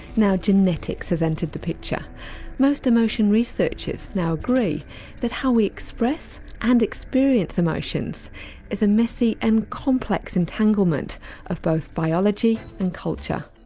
now genetics has entered the picture most emotion researchers now agree that how we express and experience emotions is a messy and complex entanglement of both biology and culture.